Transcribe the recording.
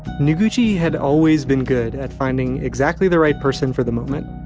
noguchi had always been good at finding exactly the right person for the moment.